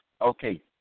Okay